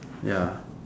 ya